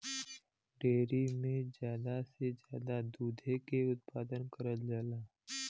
dairy में जादा से जादा दुधे के उत्पादन करल जाला